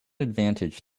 advantage